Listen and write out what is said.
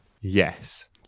Yes